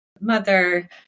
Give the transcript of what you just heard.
mother